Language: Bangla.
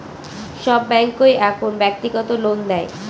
সব ব্যাঙ্কই এখন ব্যক্তিগত লোন দেয়